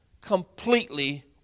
completely